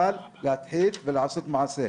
אבל להתחיל ולעשות מעשה.